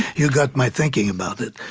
you got my thinking about it.